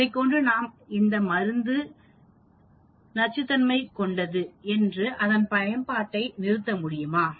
இதைக்கொண்டு நாம் அந்த மருந்து இருக்கு நச்சுத்தன்மை உள்ளது என்று அதன் பயன்பாட்டை நிறுத்த முடியுமா